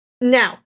now